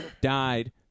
died